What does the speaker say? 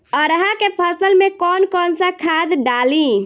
अरहा के फसल में कौन कौनसा खाद डाली?